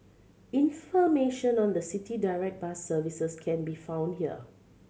information on the City Direct bus services can be found here